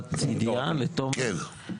שאלת ידיעה לתומר?